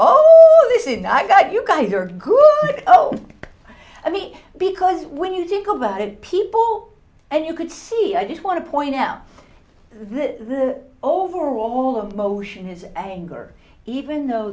oh i got you guys are good oh i mean because when you think about it people and you could see i just want to point out that the overall of motion is anger even though